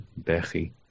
Bechi